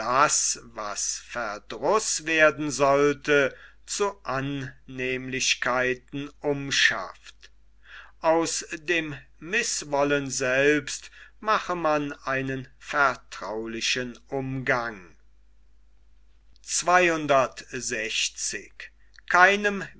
was verdruß werden sollte zu annehmlichkeiten umschafft aus dem mißwollen selbst mache man einen vertraulichen umgang